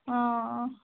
ହଁ